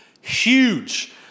huge